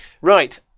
Right